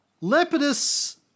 Lepidus